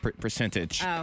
Percentage